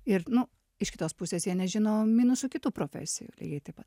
ir nu iš kitos pusės jie nežino minusų kitų profesijų lygiai taip pat